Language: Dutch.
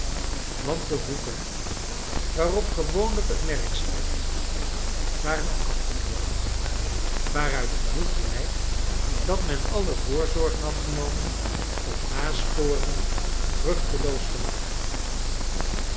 want de hoeken waarop gewoonlijk het merk staat waren afgeknipt waaruit genoeg blijkt dat men alle voorzorgen had genomen om nasporingen vruchteloos te maken